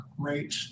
great